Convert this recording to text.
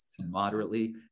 moderately